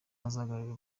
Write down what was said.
azahagararira